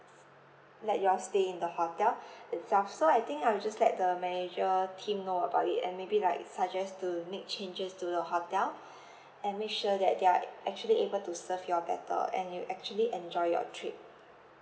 let you all stay in the hotel itself so I think I will just let the manager team know about it and maybe like suggest to make changes to the hotel and make sure that they are actually able to serve you all better and you actually enjoy your trip